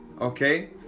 okay